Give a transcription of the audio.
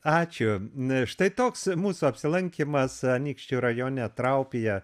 ačiū n štai toks mūsų apsilankymas anykščių rajone traupyje